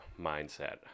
mindset